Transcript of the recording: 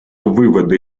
выводы